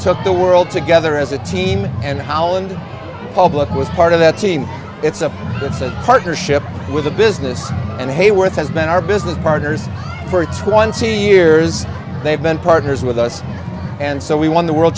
took the world together as a team and holland public was part of that team it's a it's a partnership with a business and hayworth has been our business partners for twenty years they've been partners with us and so we won the world